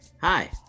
Hi